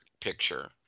picture